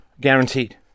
guaranteed